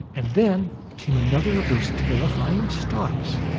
and then came another of those terrifying stops.